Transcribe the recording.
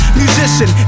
musician